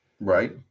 Right